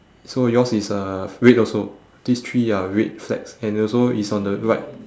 so yours is a red also these three are red flags and also is on the right